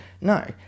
No